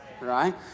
right